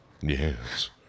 Yes